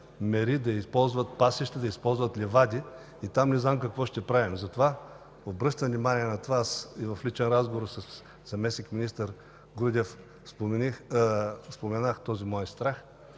мери, да използват пашата, да използват ливади. И там не знам какво ще правим. Затова обръщам внимание на това. Аз и в личен разговор със заместник-министър Грудев споменах този мой страх.